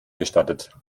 gestattet